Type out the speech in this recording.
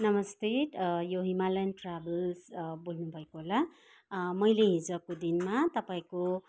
नमस्ते यो Himalayan Travels बोल्नु भएको होला मैले हिजोको दिनमा तपाईँको